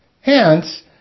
Hence